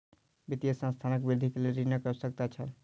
वित्तीय संस्थानक वृद्धि के लेल ऋणक आवश्यकता छल